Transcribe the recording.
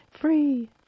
free